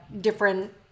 different